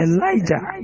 Elijah